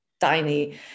tiny